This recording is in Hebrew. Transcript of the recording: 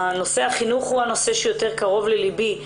נושא החינוך קרוב לליבי,